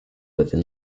within